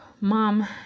Mom